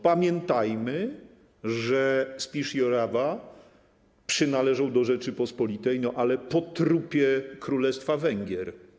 Pamiętajmy, że Spisz i Orawa przynależą do Rzeczypospolitej, no ale po trupie Królestwa Węgier.